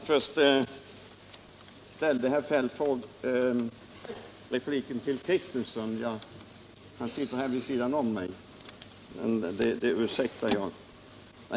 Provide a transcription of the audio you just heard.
Herr talman! Nu riktade herr Feldt sin replik till herr Kristenson — han sitter här vid sidan om mig - i stället för till mig, men det ursäktar jag.